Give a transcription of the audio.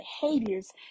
behaviors